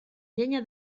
llenya